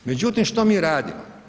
Međutim, što mi radimo?